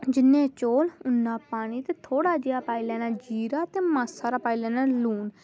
जिन्ने चौल ते उन्ना पानी ते थोह्ड़ा जेहा पाई लैना जीरा ते मासा हारा पाई लैना लून